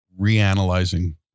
reanalyzing